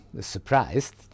surprised